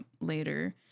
later